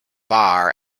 bar